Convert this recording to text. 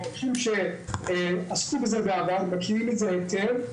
אנשים שעסקו בזה בעבר מכירים את זה היטב,